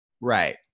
right